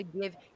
give